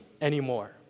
anymore